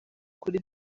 kuri